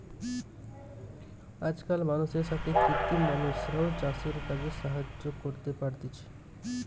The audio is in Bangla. আজকাল মানুষের সাথে কৃত্রিম মানুষরাও চাষের কাজে সাহায্য করতে পারতিছে